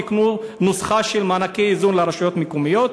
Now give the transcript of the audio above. תיקנו נוסחה של מענקי איזון לרשויות מקומיות,